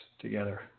together